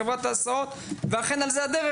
חברת ההסעות ואכן על זה הדרך,